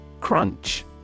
Crunch